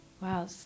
Wow